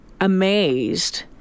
amazed